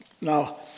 Now